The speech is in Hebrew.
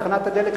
בתחנת הדלק,